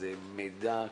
זה מידע,